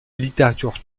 littérature